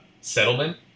settlement